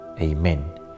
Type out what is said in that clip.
Amen